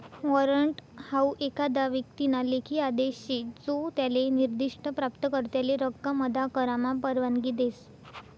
warrant हाऊ एखादा व्यक्तीना लेखी आदेश शे जो त्याले निर्दिष्ठ प्राप्तकर्त्याले रक्कम अदा करामा परवानगी देस